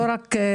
לא רק בדרום.